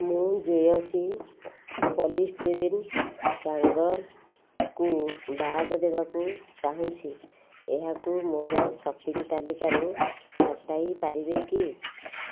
ମୁଁ ଜେୟସୀ ପଲିଷ୍ଟିରିନ୍ ହ୍ୟାଙ୍ଗର୍କୁ ବାଦ ଦେବାକୁ ଚାହୁଁଛି ଏହାକୁ ମୋର ସପିଂ ତାଲିକାରୁ ହଟାଇ ପାରିବେ କି